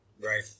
Right